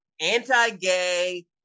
anti-gay